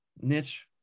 niche